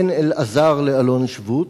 בין אלעזר לאלון-שבות,